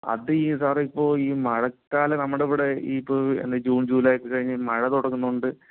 അത് ഈ സാറെ ഇപ്പോൾ ഈ മഴക്കാലം നമ്മുടെയിവിടെ ഈ ഇപ്പോൾ ജൂൺ ജൂലൈയൊക്കെ കഴിഞ്ഞു മഴ തുടങ്ങുന്നതുകൊണ്ടു